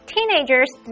Teenagers